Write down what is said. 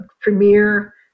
Premier